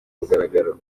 mugaragaro